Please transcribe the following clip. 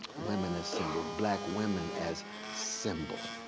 women as symbol, black women as symbol,